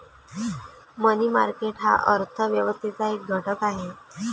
मनी market हा अर्थ व्यवस्थेचा एक घटक आहे